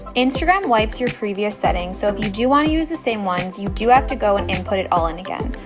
instagram wipes your previous setting, so if you want to use the same ones you do have to go in and put it all in again.